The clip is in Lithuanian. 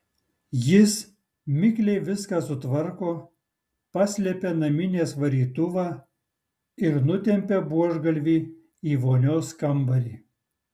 jis mikliai viską sutvarko paslepia naminės varytuvą ir nutempia buožgalvį į vonios kambarį